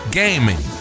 gaming